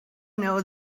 know